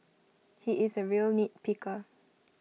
he is A real nitpicker